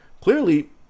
Clearly